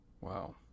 Wow